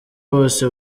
bose